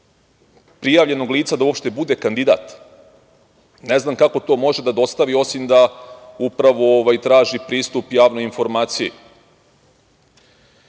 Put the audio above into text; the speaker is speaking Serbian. prijavljenog lica da uopšte bude kandidat. Ne zna kako to može da dostavi osim da upravo traži pristup javnoj informaciji. Čak